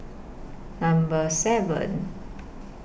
Number seven